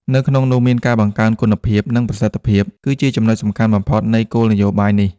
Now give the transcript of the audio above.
នៅក្នុងនោះមាន ការបង្កើនគុណភាព និងប្រសិទ្ធភាព គឺជាចំណុចសំខាន់បំផុតនៃគោលនយោបាយនេះ។